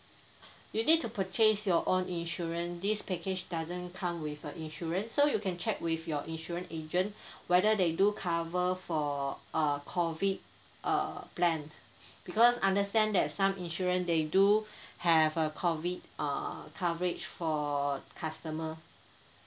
you need to purchase your own insurance this package doesn't come with a insurance so you can check with your insurance agent whether they do cover for uh COVID uh plan because understand that some insurance they do have a COVID uh coverage for customer